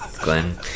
Glenn